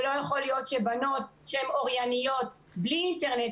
ולא יכול להיות שבנות שהן אורייניות בלי אינטרנט,